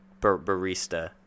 barista